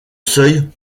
seuil